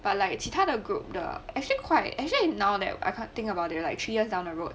but like 其他的 group the actually quite actually now that I cant think about it like three years down the road